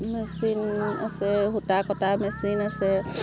machine আছে সূতা কটা মেচিন আছে